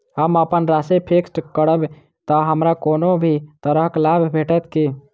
हम अप्पन राशि फिक्स्ड करब तऽ हमरा कोनो भी तरहक लाभ भेटत की?